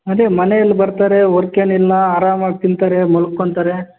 ಅದೇ ಮನೆಯಲ್ಲಿ ಬರ್ತಾರೆ ವರ್ಕ್ ಏನಿಲ್ಲ ಅರಾಮಾಗಿ ತಿಂತಾರೆ ಮಲ್ಕೊನ್ತಾರೆ